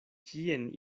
kien